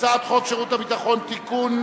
שירות ביטחון (תיקון,